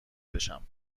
بشم